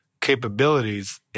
capabilities